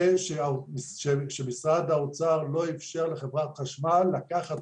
זה שמשרד האוצר לא אפשר לחברת החשמל לקחת